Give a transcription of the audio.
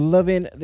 Loving